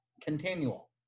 Continual